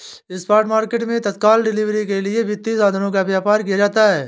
spot market मैं तत्काल delivery के लिए वित्तीय साधनों का व्यापार किया जाता है